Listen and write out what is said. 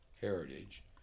heritage